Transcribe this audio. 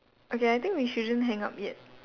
okay I think we shouldn't hang up yet